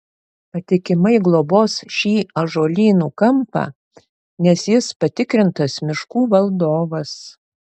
patikimai globos šį ąžuolynų kampą nes jis patikrintas miškų valdovas